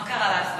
מה קרה לשר?